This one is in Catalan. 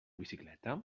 bicicleta